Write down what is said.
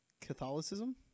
Catholicism